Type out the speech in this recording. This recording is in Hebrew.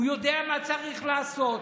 הוא יודע מה צריך לעשות,